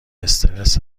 استرس